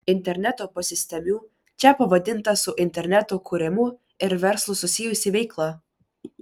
interneto posistemiu čia pavadinta su interneto kūrimu ir verslu susijusi veikla